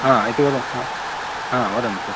हा इति हा वदन्तु